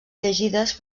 llegides